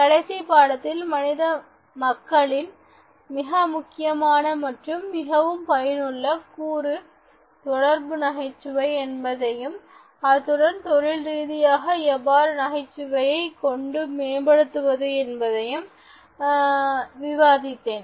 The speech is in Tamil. கடைசி பாடத்தில் மனித வாழ்க்கையின் மிக முக்கியமான மற்றும் மிகவும் பயனுள்ள கூறு தொடர்பு நகைச்சுவை என்பதையும் அத்துடன் தொழில் ரீதியாக எவ்வாறு நகைச்சுவையைக் கொண்டு மேம்படுத்துவது என்பதையும் விவாதித்தேன்